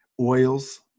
oils